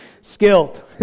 Skilled